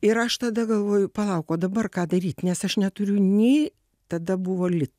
ir aš tada galvoju palauk o dabar ką daryt nes aš neturiu nei tada buvo li